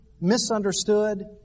misunderstood